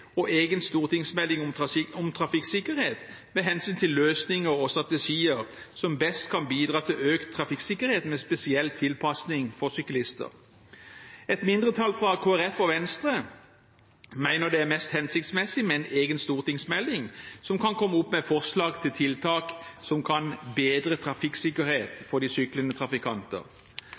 og egen stortingsmelding om trafikksikkerhet med hensyn til løsninger og strategier som best kan bidra til økt trafikksikkerhet med spesiell tilpasning for syklister. Et mindretall fra Kristelig Folkeparti og Venstre mener det er mest hensiktsmessig med en egen stortingsmelding som kan komme opp med forslag til tiltak som kan bedre trafikksikkerheten for de syklende trafikanter.